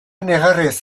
negarrez